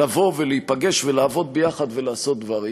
לבוא ולהיפגש ולעבוד ביחד ולעשות דברים.